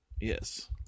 Yes